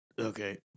Okay